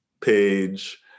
page